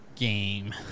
game